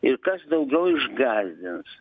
ir kas daugiau išgąsdins